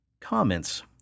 comments